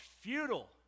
futile